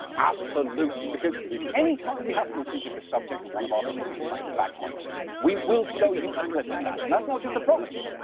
absolutely, because anytime we have footage of the subject of one of our stories playing the bagpipes we will show you a clip of that. and that's not just a promise,